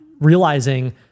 realizing